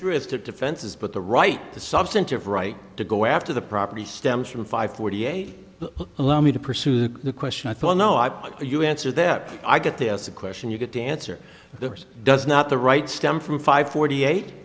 drifted defenses but the right the substantive right to go after the property stems from five forty eight allow me to pursue the question i thought no i put you answer that i get this the question you get to answer the first does not the right stem from five forty eight